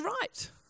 right